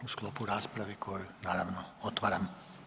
U sklopu rasprave koju naravno, otvaram.